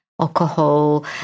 alcohol